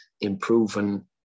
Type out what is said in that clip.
improving